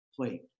plate